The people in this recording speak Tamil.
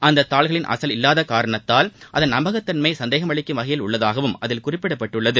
அந்த தாள்களின் அசல் இல்லாத காரணமாக அதன் நம்பகத்தன்மை சந்தேகம் அளிக்கும் வகையில் உள்ளதாகவும் அதில் குறிப்பிடப்பட்டு உள்ளது